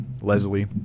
Leslie